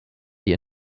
die